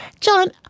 John